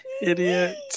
Idiot